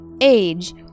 age